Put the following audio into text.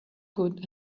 good